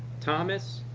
thomas,